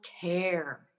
care